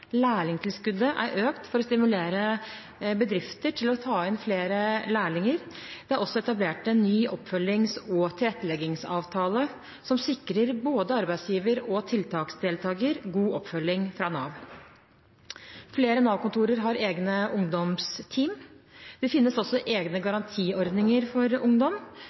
Lærlingtilskuddet er økt for å stimulere bedrifter til å ta inn flere lærlinger. Det er også etablert en ny oppfølgings- og tilretteleggingsavtale som sikrer både arbeidsgiver og tiltaksdeltaker god oppfølging fra Nav. Flere Nav-kontorer har egne ungdomsteam. Det finnes også egne garantiordninger for ungdom,